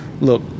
look